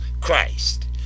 Christ